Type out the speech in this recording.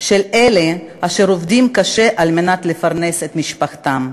של אלה אשר עובדים קשה על מנת לפרנס את משפחתם.